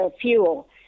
fuel